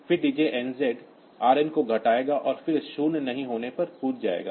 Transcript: फिर DJNZ Rn को घटाएगा और शून्य नहीं होने पर जंप जाएगा